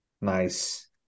Nice